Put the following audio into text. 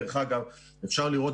דרך אגב, אפשר לראות